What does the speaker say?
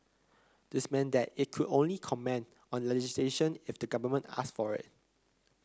this meant that it could only comment on legislation if the government asked for it